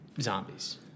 zombies